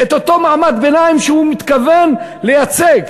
אותו מעמד ביניים שהוא מתכוון לייצג.